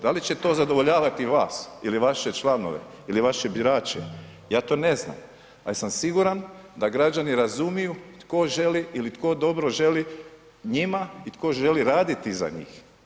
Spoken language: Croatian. Da li će to zadovoljavati vas ili vaše članove ili vaše birače ja to ne znam, ali sam siguran da građani razumiju tko želi ili tko dobro želi njima i tko želi raditi za njih.